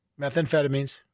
methamphetamines